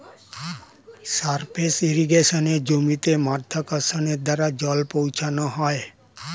surface ইর্রিগেশনে জমিতে মাধ্যাকর্ষণের দ্বারা জল পৌঁছানো হয়